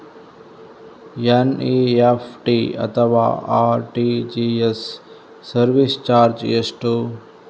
NEFT ಅಥವಾ RTGS service charge ಎಷ್ಟು?